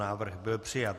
Návrh byl přijat.